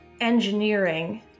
engineering